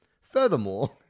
Furthermore